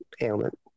ailment